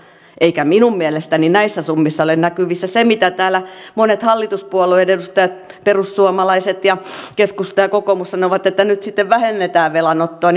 eikä minun mielestäni näissä summissa ole näkyvissä se mitä täällä monet hallituspuolueiden edustajat perussuomalaiset keskusta ja kokoomus sanovat että nyt sitten vähennetään velanottoa